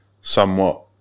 somewhat